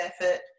effort